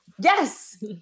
Yes